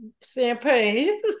champagne